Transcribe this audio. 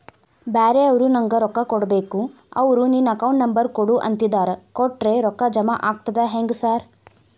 ಬ್ಯಾರೆವರು ನಂಗ್ ರೊಕ್ಕಾ ಕೊಡ್ಬೇಕು ಅವ್ರು ನಿನ್ ಅಕೌಂಟ್ ನಂಬರ್ ಕೊಡು ಅಂತಿದ್ದಾರ ಕೊಟ್ರೆ ರೊಕ್ಕ ಜಮಾ ಆಗ್ತದಾ ಹೆಂಗ್ ಸಾರ್?